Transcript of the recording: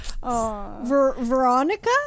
Veronica